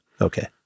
Okay